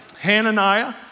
Hananiah